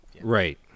Right